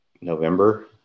November